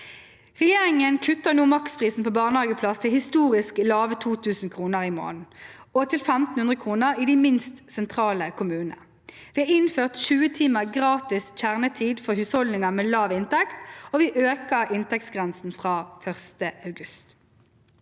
Regjeringen kutter nå maksprisen på barnehageplass til historisk lave 2 000 kr i måneden og til 1 500 kr i de minst sentrale kommunene. Vi har innført 20 timer gratis kjernetid for husholdninger med lav inntekt, og vi øker inntektsgrensen fra 1. august.